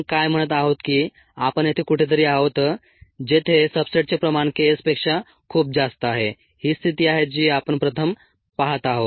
आपण काय म्हणत आहोत की आपण येथे कुठेतरी आहोत जेथे सब्सट्रेटचे प्रमाण K s पेक्षा खूप जास्त आहे हीच स्थिती आहे जी आपण प्रथम पाहत आहोत